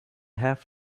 have